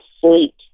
sleep